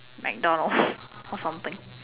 McDonald's or something